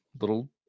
little